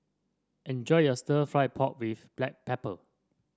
enjoy your stir fry pork with Black Pepper